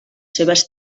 seves